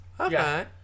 okay